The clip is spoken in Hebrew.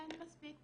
אין מספיק